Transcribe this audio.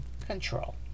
control